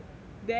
then